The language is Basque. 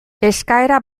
eskaera